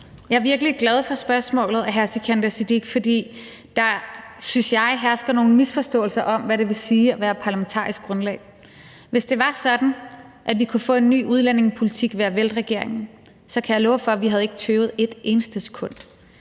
Jeg er virkelig glad for spørgsmålet, hr. Sikandar Siddique, fordi der, synes jeg, hersker nogle misforståelser om, hvad det vil sige at være parlamentarisk grundlag. Hvis det var sådan, at vi kunne få en ny udlændingepolitik ved at vælte regeringen, så kan jeg love for, at vi ikke havde tøvet et eneste sekund.